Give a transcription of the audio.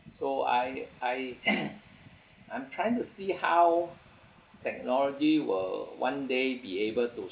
so I I I'm trying to see how technology will one day be able to